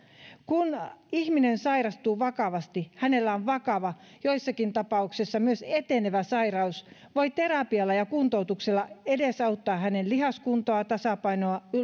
kun ihminen sairastuu vakavasti ja hänellä on vakava joissakin tapauksissa myös etenevä sairaus voi terapialla ja kuntoutuksella edesauttaa hänen lihaskuntoaan tasapainoaan